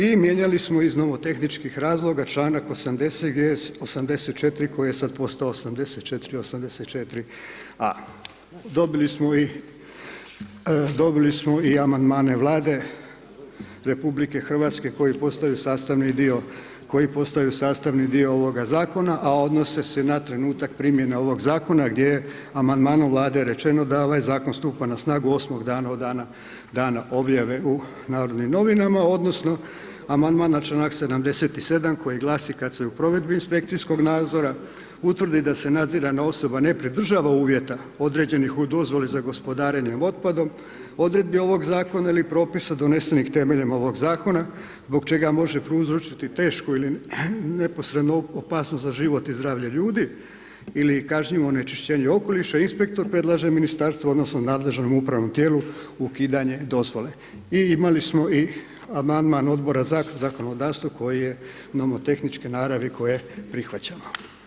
I mijenjali smo iz nomotehničkih razloga članak 80. gdje je 84. koji je sad postao 84., 84a. Dobili smo i, dobili smo i amandmane Vlade RH koji postaju sastavni dio, koji postaju sastavni dio ovoga zakona, a odnose se na trenutak primjene ovog zakona gdje je amandmanom Vlade rečeno da ovaj zakon stupa na snagu 8 dana od dana, dana objave u Narodnim novinama odnosno amandman na članak 77. koji glasi: „Kad se u provedbi inspekcijskog nadzora utvrdi da se nadzirana osoba ne pridržava uvjeta određenih u dozvoli za gospodarenje otpadom odredbi ovog zakona ili propisa donesenih temeljem ovog zakona zbog čega može prouzročiti tešku ili neposrednu opasnost za život i zdravlje ljudi ili kažnjivo onečišćenje okoliša, inspektor predlaže ministarstvu odnosno nadležnom upravnom tijelu ukidanje dozvole.“ I imali i amandman Odbora za zakonodavstvo koji je nomotehničke naravi koje prihvaćamo.